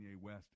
West